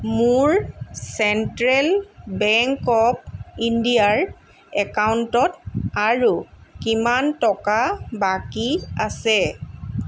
মোৰ central bank of ইণ্ডিয়াৰ একাউণ্টত আৰু কিমান টকা বাকী আছে